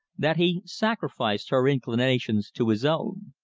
that he sacrificed her inclinations to his own.